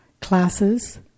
classes